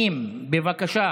80. בבקשה.